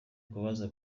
kubaza